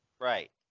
Right